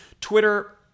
Twitter